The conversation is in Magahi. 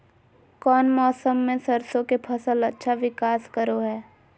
कौन मौसम मैं सरसों के फसल अच्छा विकास करो हय?